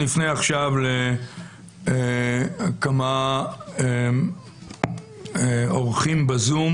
נפנה עכשיו לכמה אורחים בזום